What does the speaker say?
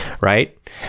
right